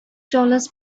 dollars